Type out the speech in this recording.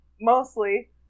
mostly